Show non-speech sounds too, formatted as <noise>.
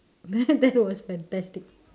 <laughs> that was fantastic